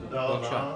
תודה רבה.